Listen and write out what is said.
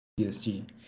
PSG